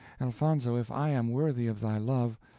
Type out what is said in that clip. elfonzo, if i am worthy of thy love,